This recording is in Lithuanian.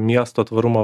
miesto tvarumo